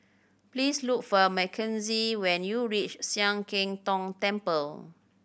please look for Mackenzie when you reach Sian Keng Tong Temple